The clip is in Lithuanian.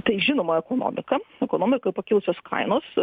tai žinoma ekonomika ekonomika pakilusios kainos